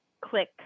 click